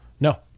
No